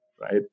right